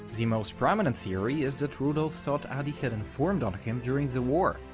the most prominent theory is that rudolf thought adi had informed on him during the war,